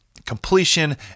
Completion